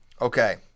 Okay